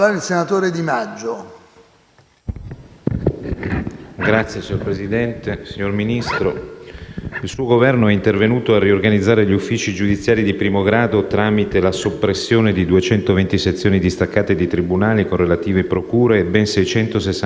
DI MAGGIO *(CoR)*. Signor Ministro, il suo Governo è intervenuto a riorganizzare gli uffici giudiziari di primo grado tramite la soppressione di 220 sezioni distaccate di tribunale, con relative procure, e ben 667 uffici del giudice di pace.